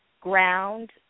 ground